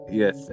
yes